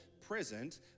present